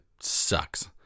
sucks